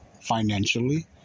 financially